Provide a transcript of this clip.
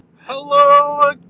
Hello